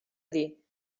dir